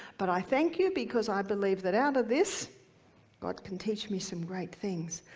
but i thank you because i believe that out of this god can teach me some great things.